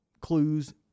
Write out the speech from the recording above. clues